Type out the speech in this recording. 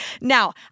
Now